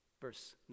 verse